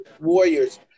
Warriors